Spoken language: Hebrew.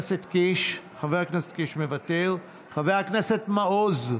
חבר הכנסת קיש, מוותר, חבר הכנסת מעוז,